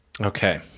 Okay